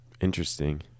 Interesting